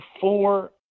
four